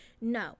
no